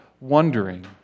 wondering